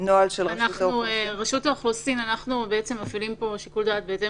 אנחנו בעצם מפעילים פה שיקול דעת בהתאם